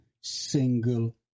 single